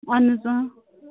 اَہَن حظ